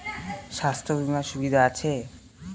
স্বাস্থ্য বিমার সুবিধা আছে?